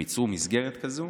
הם יצרו מסגרת כזאת.